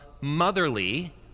motherly